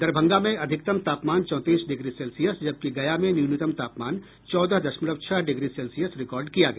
दरभंगा में अधिकतम तापमान चौंतीस डिग्री सेल्सियस जबकि गया में न्यूनतम तापमान चौदह दशमलव छह डिग्री सेल्सियस रिकॉर्ड किया गया